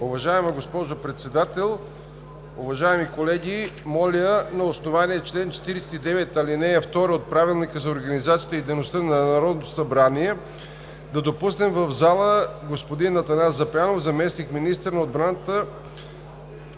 Уважаема госпожо Председател, уважаеми колеги! Моля на основание чл. 49, ал. 2 от Правилника за организацията и дейността на Народното събрание да допуснем в залата господин Атанас Запрянов – заместник-министър на отбраната,